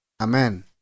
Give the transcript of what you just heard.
Amen